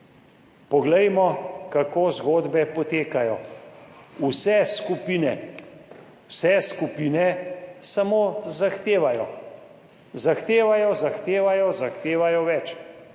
Poglejmo, kako zgodbe potekajo. Vse skupine, vse skupine samo zahtevajo. Zahtevajo, zahtevajo, zahtevajo več.